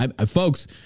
Folks